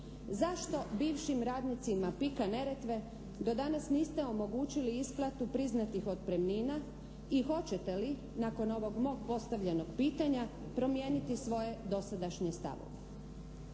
zašto bivšim radnicima PIK-a Neretve do danas niste omogućili isplatu priznatih otpremnina i hoćete li nakon ovog mog postavljenog pitanja promijeniti svoje dosadašnje stavove?